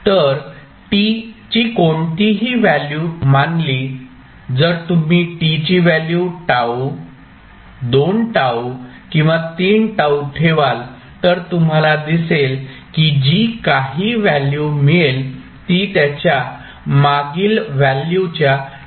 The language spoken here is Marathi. तर t ची कोणतीही व्हॅल्यू मानली जर तुम्ही t ची व्हॅल्यू τ 2 τ किंवा 3 τ ठेवाल तर तुम्हाला दिसेल की जी काही व्हॅल्यू मिळेल ती त्याच्या मागील व्हॅल्यूच्या 36